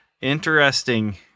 interesting